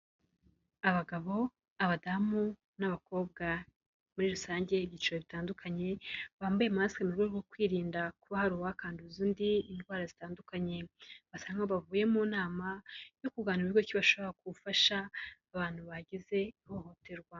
Abagabo, abadamu n'abakobwa muri rusange ibyiciro bitandukanye, bambaye masike mu rwego rwo kwirinda kuba hari uwakanduza undi indwara zitandukanye. Basa nk'aho bavuye mu nama yo kuganira buryo ki bashobora gufasha abantu bagize ihohoterwa.